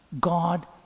God